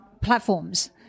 platforms